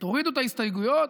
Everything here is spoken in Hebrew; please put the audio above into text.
תורידו את ההסתייגויות,